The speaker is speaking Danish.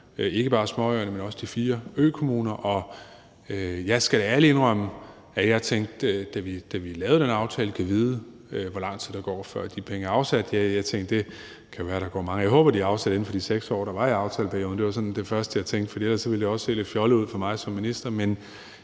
ikke bare småøerne, men også de fire økommuner, og jeg skal, da vi lavede den aftale, da ærligt indrømme, at jeg tænkte: Gad vide, hvor lang tid der går, før de penge er afsat? Ja, jeg tænkte: Jeg håber, de er afsat inden for de 6 år, der var i aftaleperioden. Det var sådan det første, jeg tænkte, for ellers ville det også se lidt fjollet ud for mig som minister,